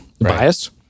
biased